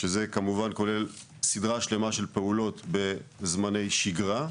זה כמובן כולל סדרה שלמה של פעולות בזמני שגרה,